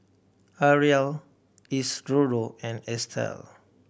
Arla Isidro and Estel